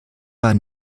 war